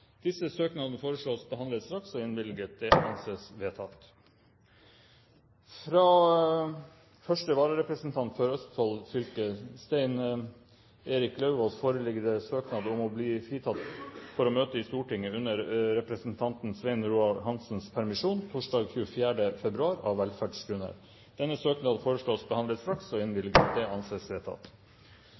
Disse søknadene foreslås behandlet straks og innvilget. – Det anses vedtatt. Fra første vararepresentant for Østfold fylke, Stein Erik Lauvås, foreligger søknad om å bli fritatt for å møte i Stortinget under representanten Svein Roald Hansens permisjon torsdag 24. februar, av velferdsgrunner. Etter forslag fra presidenten ble enstemmig besluttet: Søknaden behandles straks og